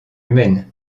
humaine